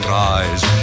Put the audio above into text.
rise